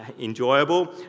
enjoyable